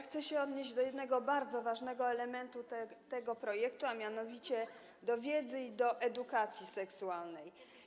Chcę się odnieść do jednego bardzo ważnego elementu tego projektu, a mianowicie do wiedzy i do edukacji seksualnej.